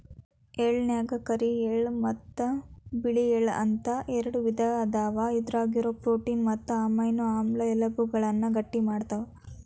ಎಳ್ಳನ್ಯಾಗ ಕರಿ ಮತ್ತ್ ಬಿಳಿ ಎಳ್ಳ ಅಂತ ಎರಡು ವಿಧ ಅದಾವ, ಇದ್ರಾಗಿರೋ ಪ್ರೋಟೇನ್ ಮತ್ತು ಅಮೈನೋ ಆಮ್ಲ ಎಲಬುಗಳನ್ನ ಗಟ್ಟಿಮಾಡ್ತಾವ